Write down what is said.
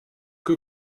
que